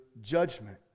judgment